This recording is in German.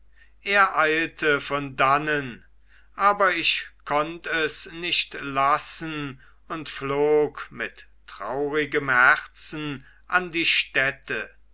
er eilte von dannen aber ich konnt es nicht lassen und flog mit traurigem herzen an die stätte